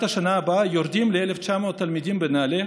השנה הבאה יורדים ל-1,900 תלמידים בנעל"ה,